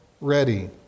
ready